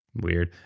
Weird